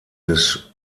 des